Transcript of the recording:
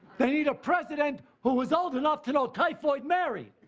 they need a president who is old enough to know typhoid mary.